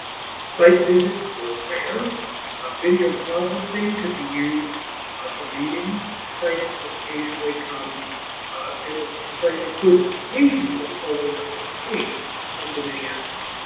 site visits were rare videoconferencing could be used for meetings the complainants could occasionally come and the complainant could occasionally although not once a week come to minneapolis.